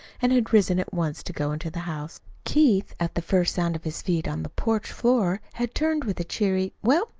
and had risen at once to go into the house. keith, at the first sound of his feet on the porch floor, had turned with a cheery well,